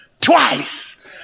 twice